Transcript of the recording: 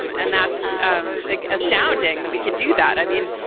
um and that's um like astounding that we could do that. i mean,